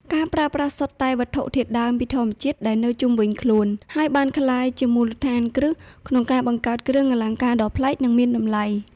ការប្រើប្រាស់សុទ្ធតែវត្ថុធាតុដើមពីធម្មជាតិដែលនៅជុំវិញខ្លួន ហើយបានក្លាយជាមូលដ្ឋានគ្រឹះក្នុងការបង្កើតគ្រឿងអលង្ការដ៏ប្លែក និងមានតម្លៃ។